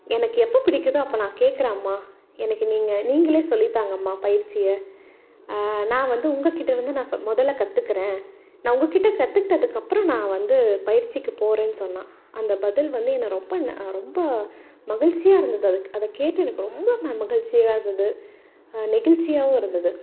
எனக்கு எப்போ பிடிக்குதோ அப்போ நான் கேட்குறேன் அம்மா எனக்கு நீங்கள் நீங்களே சொல்லித்தாங்கம்மா பயிற்சியை நான் வந்து உங்கள்கிட்ட இருந்து நான் முதல்ல கற்றுக்கிறேன் நான் உங்கள்கிட்ட கற்றுக்கிட்டதுக்கப்பறம் நான் வந்து பயிற்சிக்கு போகிறேன்னு சொன்னால் அந்த பதில் வந்து என்னை ரொம்ப ரொம்ப மகிழ்ச்சியா இருந்தது அது அதை கேட்டு எனக்கு ரொம்ப ம மகிழ்ச்சியா இருந்தது நெகிழ்ச்சியாவும் இருந்தது